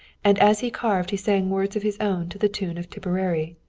and as he carved he sang words of his own to the tune of tipperary.